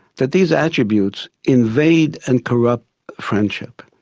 that these attributes invade and corrupt friendship,